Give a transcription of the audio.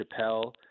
Chappelle